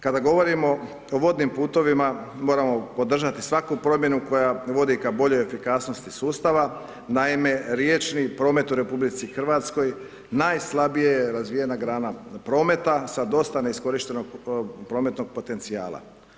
Kada govorimo o vodnim putovima moramo podržati svaku promjenu koja vodi ka boljoj efikasnosti sustava, naime riječni promet u RH najslabije je razvijena grana prometa sa dosta neiskorištenog prometnog potencijala.